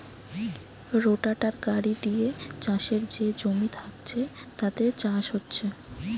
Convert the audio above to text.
রোটাটার গাড়ি দিয়ে চাষের যে জমি থাকছে তাতে চাষ হচ্ছে